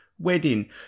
wedding